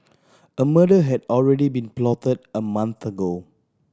a murder had already been plotted a month ago